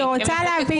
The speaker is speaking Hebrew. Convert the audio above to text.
שיהיה חוקי.